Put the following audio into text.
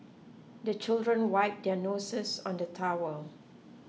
the children wipe their noses on the towel